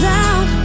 out